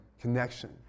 connection